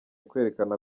kwerekana